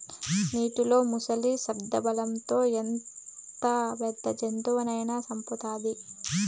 నీటిలో ముసలి స్థానబలం తో ఎంత పెద్ద జంతువునైనా సంపుతాది